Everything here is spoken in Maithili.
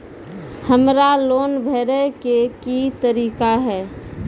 हमरा लोन भरे के की तरीका है?